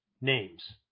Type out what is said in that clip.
names